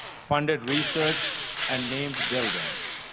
funded research and named buildings.